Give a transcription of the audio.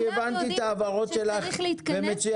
יודעים שצריך להתכנס --- ההערות שלך מצוינות,